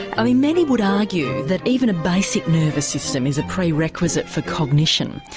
i mean many would argue that even a basic nervous system is a prerequisite for cognition,